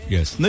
Yes